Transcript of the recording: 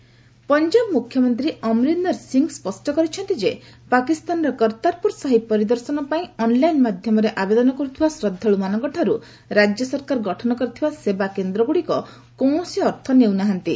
Amarinder Kartarpur fee Punjab ମୁଖ୍ୟମନ୍ତ୍ରୀ ଅମରିନ୍ଦର ସିଂ ସ୍ୱଷ୍ଟ କରିଛନ୍ତି ଯେ ପାକିସ୍ତାନର କର୍ତ୍ତାରପୁର ସାହିବ ପରିଦର୍ଶନ ପାଇଁ ଅନ୍ଲାଇନ୍ ମାଧ୍ୟମରେ ଆବେଦନ କରୁଥିବା ଶ୍ରଦ୍ଧାଳୁମାନଙ୍କଠାରୁ ରାଜ୍ୟ ସରକାର ଗଠନ କରିଥିବା ସେବା କେନ୍ଦ୍ରଗୁଡ଼ିକ କୌଣସି ଅର୍ଥ ନେଉନାହାନ୍ତି